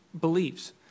beliefs